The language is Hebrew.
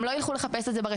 הם לא ילכו לחפש את זה ברשתות,